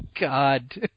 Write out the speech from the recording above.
God